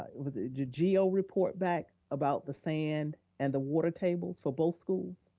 was it the geo report back, about the sand and the water tables for both schools?